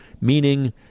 meaning